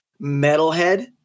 metalhead